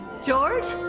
george?